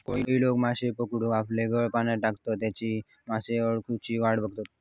कोळी लोका माश्ये पकडूक आपलो गळ पाण्यात टाकान तेच्यात मासो अडकुची वाट बघतत